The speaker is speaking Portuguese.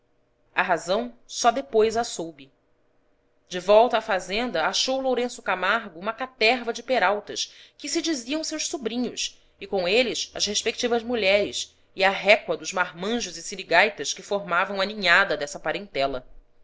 a razão só depois a soube de volta à fazenda achou lourenço camargo uma caterva de peraltas que se diziam seus sobri nhos e com eles as respectivas mulheres e a récua dos mar manjos e sirigaitas que formavam a ninhada dessa parentela